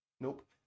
Nope